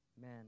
Men